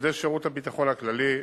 עובדי שירות הביטחון הכללי,